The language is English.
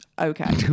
Okay